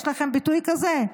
יש לכם ביטוי כזה?